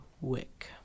wick